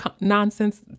nonsense